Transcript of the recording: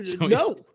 No